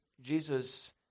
Jesus